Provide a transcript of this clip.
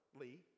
Lee